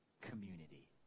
community